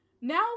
Now